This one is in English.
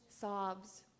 sobs